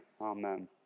amen